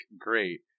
great